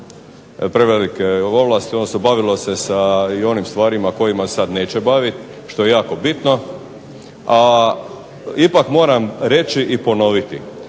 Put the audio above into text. prevelike ovlasti odnosno bavilo se onim stvarima kojima se sada neće baviti, što je jako bitno. A ipak moram reći i ponoviti